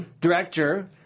director